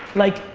like,